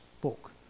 book